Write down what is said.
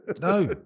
No